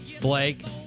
Blake